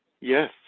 Yes